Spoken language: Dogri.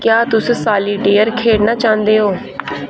क्या तुस सालिटेयर खेढना चांह्दे ओ